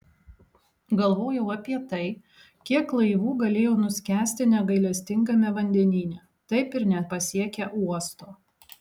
galvojau apie tai kiek laivų galėjo nuskęsti negailestingame vandenyne taip ir nepasiekę uosto